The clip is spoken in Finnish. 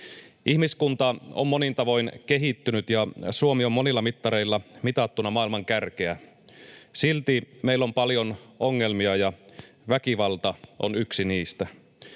Ihmiskunta on monin tavoin kehittynyt, ja Suomi on monilla mittareilla mitattuna maailman kärkeä. Silti meillä on paljon ongelmia, ja väkivalta on yksi niistä.